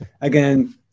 again